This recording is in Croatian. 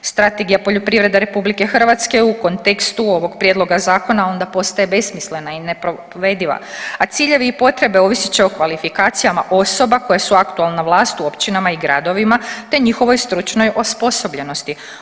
Strategija poljoprivrede RH u kontekstu ovog prijedloga zakona onda postaje besmislena i neprovediva, a ciljevi i potrebe ovisit će o kvalifikacijama osoba koje su aktualna vlast u općinama i gradovima, te njihovoj stručnoj osposobljenosti.